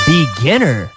Beginner